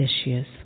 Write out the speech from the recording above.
issues